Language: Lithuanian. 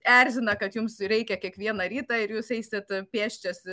erzina kad jums reikia kiekvieną rytą ir jūs eisit pėsčias